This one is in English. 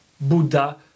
buddha